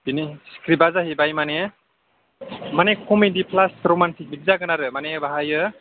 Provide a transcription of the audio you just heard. बेनि स्क्रिप्टआ जाहैबाय माने माने कमेदि प्लास रमान्टिक बिदि जागोन आरो माने बेहायो